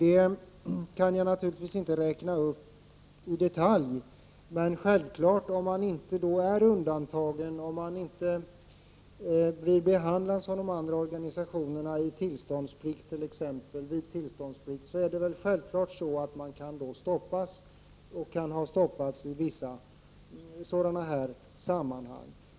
Det kan jag naturligtvis inte räkna upp i detalj, men självklart är att om man inte är undantagen och inte blir behandlad på samma sätt som de andra organisationerna exempelvis när det gäller tillståndsplikt, så kan man ha blivit stoppad i vissa sådana sammanhang.